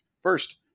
first